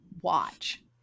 watch